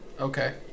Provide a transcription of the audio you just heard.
Okay